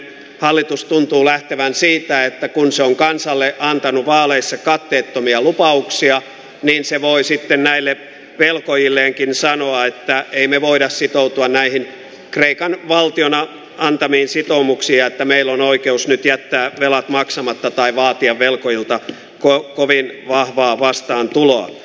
hallitus tuntuu lähtevän siitä että kun se on kansalle antanut vaaleissa katteettomia lupauksia niin se voi sitten näille velkojilleenkin sanoa että emme me voi sitoutua näihin kreikan valtiona antamiin sitoumuksiin ja että meillä on oikeus nyt jättää velat maksamatta tai vaatia velkojilta kovin vahvaa vastaantuloa